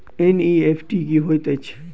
NEFT की होइत अछि?